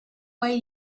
way